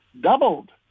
doubled